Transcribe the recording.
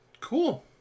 Cool